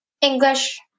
English